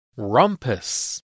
Rumpus